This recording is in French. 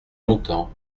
longtemps